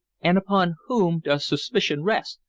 and upon whom does suspicion rest?